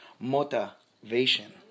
motivation